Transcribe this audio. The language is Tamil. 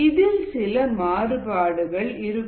இதில் சில மாறுபாடுகள் இருக்கும்